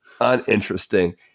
uninteresting